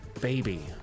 baby